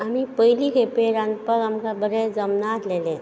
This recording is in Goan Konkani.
आमी पयली खेपे रांदपाक आमकां बरें जमना आसलेलें